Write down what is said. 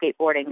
skateboarding